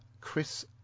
Chris